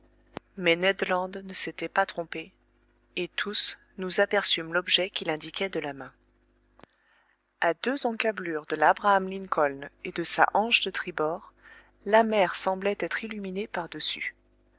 mais ned land ne s'était pas trompé et tous nous aperçûmes l'objet qu'il indiquait de la main a deux encablures de labraham lincoln et de sa hanche de tribord la mer semblait être illuminée par dessus